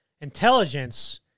Intelligence